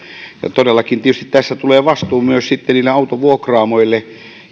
tietysti tässä todellakin tulee vastuu sitten myös niille autovuokraamoille